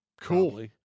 Cool